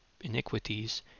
iniquities